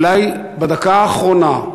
אולי בדקה האחרונה,